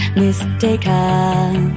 mistaken